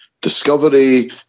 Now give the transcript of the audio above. Discovery